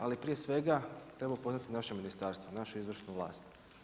Ali prije svega treba upoznati naše ministarstvo, našu izvršnu vlast.